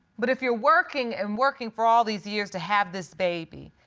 but if you're working and working for all these years to have this baby,